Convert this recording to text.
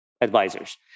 advisors